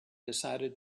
decided